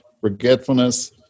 forgetfulness